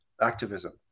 activism